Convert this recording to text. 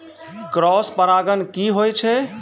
Cross परागण की होय छै?